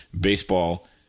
Baseball